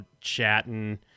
chatting